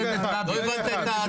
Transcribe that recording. לא הבנת את ההתחלה.